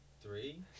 Three